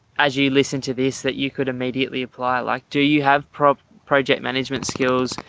as you listen to this that you could immediately apply? like, gee, you have project project management skills,